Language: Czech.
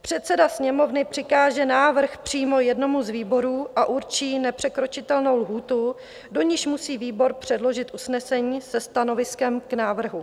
Předseda Sněmovny přikáže návrh přímo jednomu z výborů a určí nepřekročitelnou lhůtu, do níž musí výbor předložit usnesení se stanoviskem k návrhu.